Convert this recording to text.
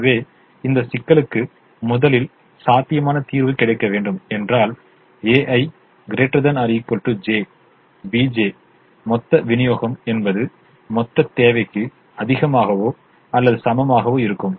எனவே இந்த சிக்கலுக்கு முதலில் சாத்தியமான தீர்வு கிடைக்க வேண்டும் என்றால் ai ≥ j bj மொத்த விநியோகம் என்பது மொத்த தேவைக்கு அதிகமாகவோ அல்லது சமமாகவோ இருக்கும்